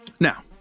Now